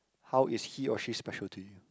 how is he or she special to you